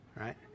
right